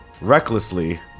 recklessly